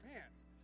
pants